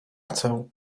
chcę